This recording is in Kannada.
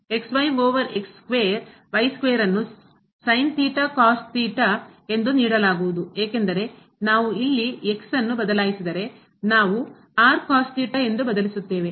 ಓವರ್ ಸ್ಕ್ವೇರ್ y ಸ್ಕ್ವೇರ್ ಅನ್ನು ಸಿನ್ ಥೀಟಾ ಕಾಸ್ ಥೀಟಾ ಎಂದು ನೀಡಲಾಗುವುದು ಏಕೆಂದರೆ ನಾವು ಇಲ್ಲಿ ನಾವು ಎಂದು ಬದಲಿಸುತ್ತೇವೆ ಮತ್ತು